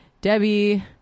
Debbie